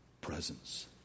presence